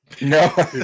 No